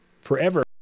forever